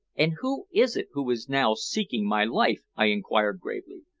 and who is it who is now seeking my life? i inquired gravely.